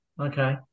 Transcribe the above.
okay